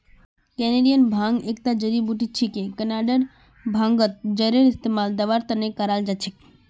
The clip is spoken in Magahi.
कैनेडियन भांग एकता जड़ी बूटी छिके कनाडार भांगत जरेर इस्तमाल दवार त न कराल जा छेक